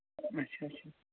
اچھا اچھا